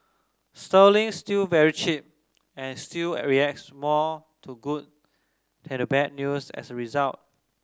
sterling's still very cheap and still reacts more to good bad news as a result